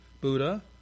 Buddha